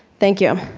thank you.